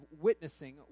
witnessing